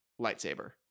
lightsaber